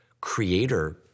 creator